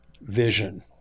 vision